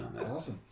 awesome